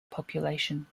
population